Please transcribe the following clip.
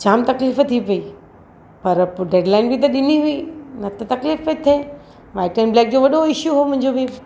जामु तकलीफ़ु थी पई पर पोइ डेड लाइन बि त ॾिनी हुई न त तकलीफ़ु पई थिए माइटनि लाइ वॾो इश्यू हो मुंहिंजो बि